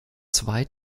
zwei